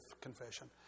confession